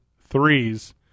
threes